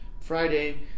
Friday